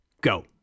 go